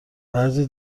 بعضی